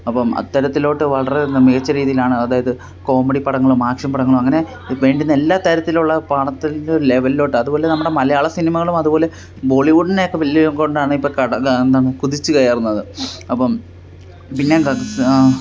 അപ്പോള് അത്തരത്തിലോട്ട് വളരെ മികച്ച രീതിയിലാണ് അതായത് കോമഡി പടങ്ങളും ആക്ഷൻ പടങ്ങളും അങ്ങനെ വേണ്ടുന്ന എല്ലാത്തരത്തിലും ഉള്ള പടത്തിൻ്റെ ലെവലിലോട്ട് അതുപോലെ നമ്മുടെ മലയാള സിനിമകളും അതുപോലെ ബോളിവുഡിനെ ഒക്കെ വെല്ലും കൊണ്ടാണ് ഇപ്പോള് എന്താണ് കുതിച്ച് കയറുന്നത് അപ്പോള് പിന്നെന്താ പ്രശ്നം